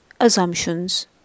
assumptions